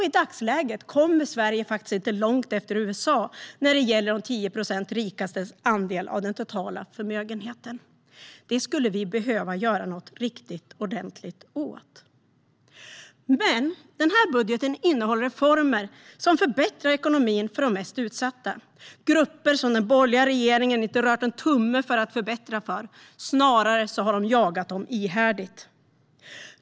I dagsläget kommer Sverige faktiskt inte långt efter USA när det gäller den andel av den totala förmögenheten som finns hos de 10 procent rikaste. Det skulle vi behöva göra något riktigt ordentligt åt. Denna budget innehåller dock en formel som förbättrar ekonomin för de mest utsatta, grupper som den borgerliga regeringen inte rört en tumme för att förbättra för; man har snarare jagat dem ihärdigt.